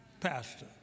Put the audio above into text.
pastor